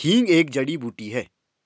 हींग एक जड़ी बूटी है